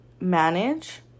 manage